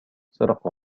سرق